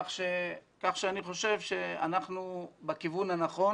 כך שאני חושב שאנחנו בכיוון הנכון.